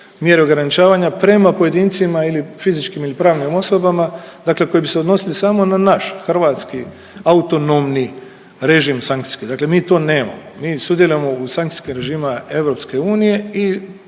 mjere ograničavanja prema pojedincima ili fizičkim ili pravnim osobama dakle koje bi se odnosile samo na naš hrvatski autonomni režim sankcijski. Dakle mi to nemamo, mi sudjelujemo u sankcijskim režimima